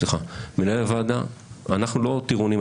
אנחנו לא טירונים.